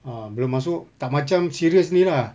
ah belum masuk tak macam serious ini lah